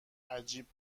عجیب